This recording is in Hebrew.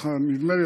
ככה נדמה לי,